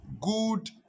good